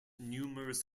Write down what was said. numerous